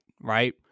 right